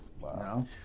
Wow